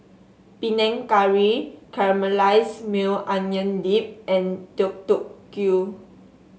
Panang Curry Caramelized Maui Onion Dip and Deodeok Gui